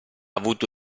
avuto